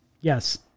yes